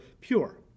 pure